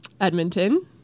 Edmonton